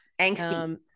angsty